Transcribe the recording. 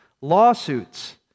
lawsuits